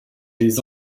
des